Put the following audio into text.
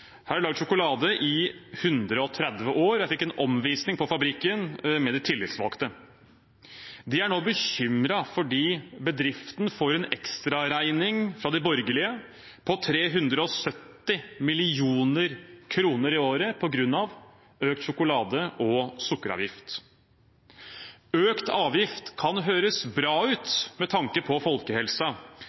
Her er det lagd sjokolade i 130 år. Jeg fikk en omvisning på fabrikken, med de tillitsvalgte. De er nå bekymret fordi bedriften får en ekstraregning fra de borgerlige på 370 mill. kr i året på grunn av økt sjokolade- og sukkeravgift. Økt avgift kan høres bra ut med tanke på